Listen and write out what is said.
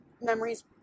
memories